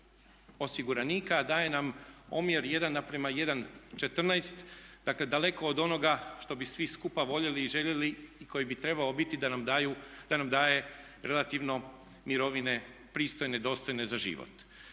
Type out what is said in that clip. osiguranika daje nam omjer 1:1,14, dakle daleko od onoga što bi svi skupa voljeli i željeli i koji bi trebalo biti da nam daje relativno mirovine pristojne dostojne za život.